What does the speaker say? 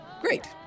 Great